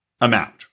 amount